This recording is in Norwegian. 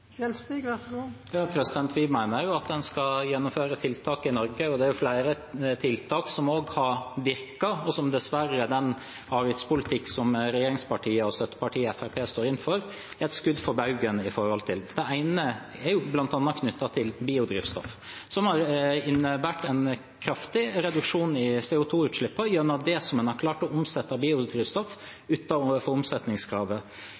Vi mener at man skal gjennomføre tiltak i Norge, og det er flere tiltak som også har virket, men som den avgiftspolitikken som regjeringspartiene og støttepartiet Fremskrittspartiet dessverre står for, er et skudd for baugen for. Det ene er bl.a. knyttet til biodrivstoff, som har innebåret en kraftig reduksjon i CO 2 -utslippene gjennom det man har klart å omsette